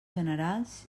generals